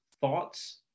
thoughts